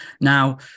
Now